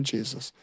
Jesus